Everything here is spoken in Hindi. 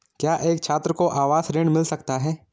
क्या एक छात्र को आवास ऋण मिल सकता है?